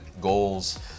goals